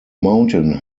mountain